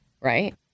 right